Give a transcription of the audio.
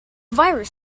virus